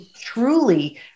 truly